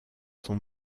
son